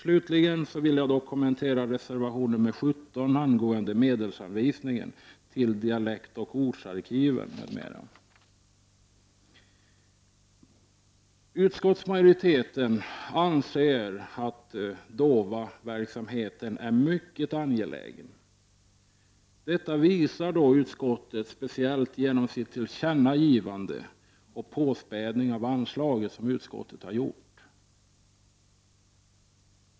Slutligen vill jag kommentera reservation nr 17 angående medelsanvisning till dialektoch ortsarkiven m.m. Utskottsmajoriteten anser att DOVA-verksamheten är mycket angelägen. Detta visar utskottet genom sitt tillkännagivande och genom den påspädning av anslaget som utskottet föreslår.